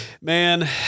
man